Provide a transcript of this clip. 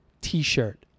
t-shirt